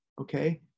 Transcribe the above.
Okay